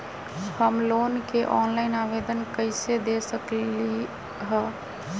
हम लोन के ऑनलाइन आवेदन कईसे दे सकलई ह?